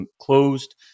closed